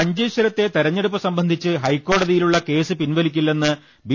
മഞ്ചേ ശ്വരത്തെ തെരഞ്ഞെടുപ്പ് സംബന്ധിച്ച് ഹൈക്കോടതിയിലുള്ള കേസ് പിൻവലിക്കില്ലെന്ന് ബി